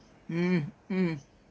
mm mm